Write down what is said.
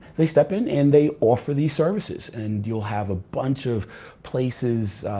they step in and they offer these services. and, you'll have a bunch of places,